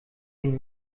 den